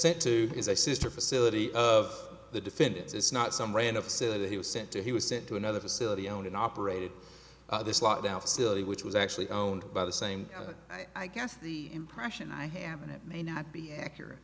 sent to is a sister facility of the defendant it's not some random facility he was sent to he was sent to another facility owned and operated this lockdown facility which was actually owned by the same i guess the impression i ham it may not be accurate